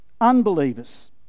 unbelievers